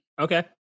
Okay